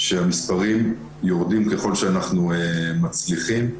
המספרים יורדים ככל שאנחנו מצליחים.